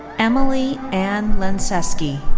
emily ann lenceski.